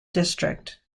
district